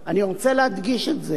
אני רוצה להדגיש את זה,